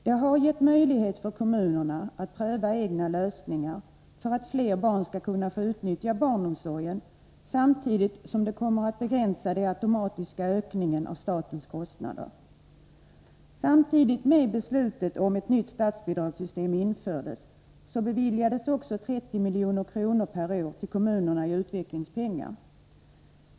Det har givit möjlighet för kommunerna att pröva egna lösningar för att fler barn skall kunna få utnyttja barnomsorgen samtidigt som det begränsar den automatiska ökningen av statens kostnader. Samtidigt med att beslutet om ett nytt statsbidragssystem infördes, beviljades också 30 milj.kr. per år till kommunerna i utvecklingspengar.